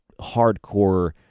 hardcore